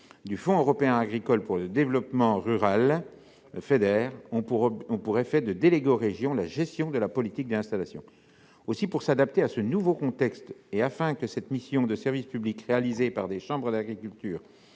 du Fonds européen agricole pour le développement rural (Feader) ont pour effet de déléguer aux régions la gestion de la politique de l'installation. Pour s'adapter à ce nouveau contexte et afin que cette mission de service public réalisée par les chambres d'agriculture